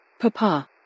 Papa